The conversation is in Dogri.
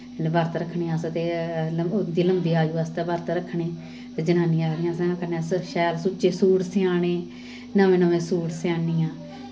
जेल्लै बर्त रक्खनें अस ते उं'दी लम्मी आयु आस्तै बरंत रक्खनें ते जनानियां आखदियां कन्नै असें शैल सुच्चे सूट सेआने नमें नमें सूट सेआनियां